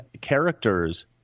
characters